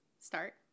Start